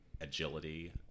agility